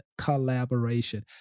collaboration